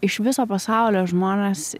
iš viso pasaulio žmonės